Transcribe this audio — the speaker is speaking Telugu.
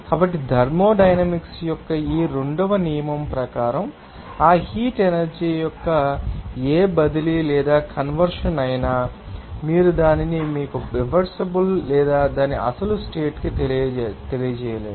కాబట్టి థర్మోడైనమిక్స్ యొక్క ఈ రెండవ నియమం ప్రకారం ఆ హీట్ ఎనర్జీ యొక్క ఏ బదిలీ లేదా కన్వర్షన్ అయినా మీరు దానిని మీకు రివర్సిబుల్ లేదా దాని అసలు స్టేట్ కి తెలియజేయలేరు